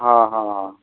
ਹਾਂ ਹਾਂ